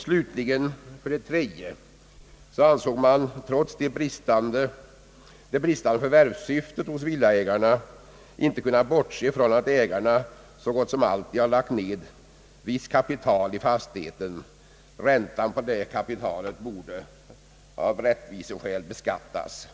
Slutligen ansåg man sig, trots det bristande förvärvssyftet hos villaägarna, inte kunna bortse från att dessa så gott som alltid lagt ner visst kapital i fastigheten; räntan på det kapitalet borde av rättviseskäl beskattas.